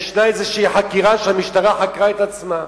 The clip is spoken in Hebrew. ישנה חקירה שהמשטרה חקרה את עצמה,